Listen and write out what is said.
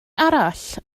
arall